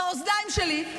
באוזניים שלי,